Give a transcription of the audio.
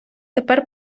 тепер